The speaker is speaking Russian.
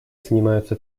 занимаются